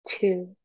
two